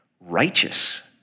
Righteous